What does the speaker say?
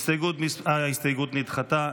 הסתייגות זו נדחתה.